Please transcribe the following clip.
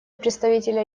представителя